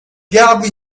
gap